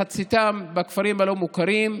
מחציתם בכפרים הלא-מוכרים,